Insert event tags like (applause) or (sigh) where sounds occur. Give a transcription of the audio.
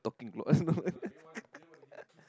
talking a lot (laughs)